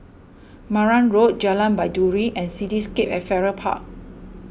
Marang Road Jalan Baiduri and Cityscape at Farrer Park